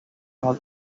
all